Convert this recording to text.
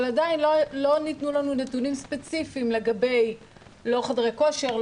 אבל עדיין לא ניתנו לנו נתונים ספציפיים לגבי חדרי כושר,